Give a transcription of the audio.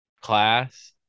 class